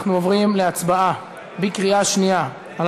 אנחנו עוברים להצבעה בקריאה שנייה על